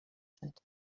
sind